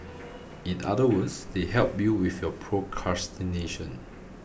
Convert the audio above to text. in other words they help you with your procrastination